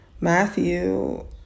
Matthew